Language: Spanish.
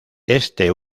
este